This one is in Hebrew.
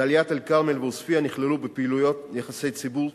דאלית-אל-כרמל ועוספיא נכללו בפעילויות יחסי ציבור,